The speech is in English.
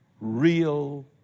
real